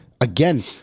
Again